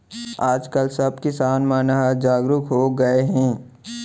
आज काल सब किसान मन ह जागरूक हो गए हे